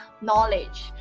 knowledge